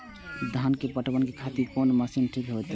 धान के पटवन के खातिर कोन मशीन ठीक रहते?